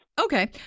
Okay